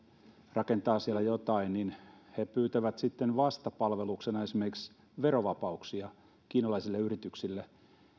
rakentaa siellä jotain niin he pyytävät sitten vastapalveluksena esimerkiksi verovapauksia kiinalaisille yrityksille